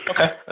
Okay